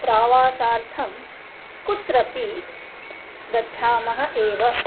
प्रवासार्थं कुत्रपि गच्छामः एव